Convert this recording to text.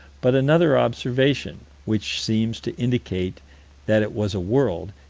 but another observation, which seems to indicate that it was a world,